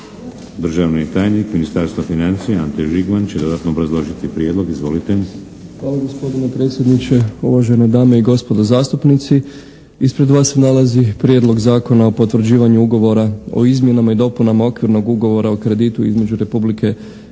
Državni tajnik Ministarstva financija Ante Žigman će dodatno obrazložiti prijedlog. Izvolite. **Žigman, Ante** … gospodine predsjedniče, uvažene dame i gospodo zastupnici. Ispred vas se nalazi Prijedlog zakona o potvrđivanju ugovora o izmjenama i dopunama Okvirnog ugovora o kreditu između Republike